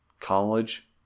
College